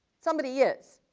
somebody is,